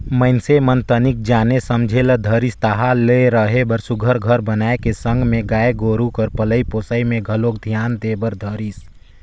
मइनसे मन तनिक जाने समझे ल धरिस ताहले रहें बर सुग्घर घर बनाए के संग में गाय गोरु कर पलई पोसई में घलोक धियान दे बर धरिस